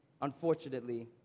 unfortunately